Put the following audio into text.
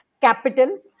capital